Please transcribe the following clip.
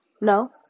No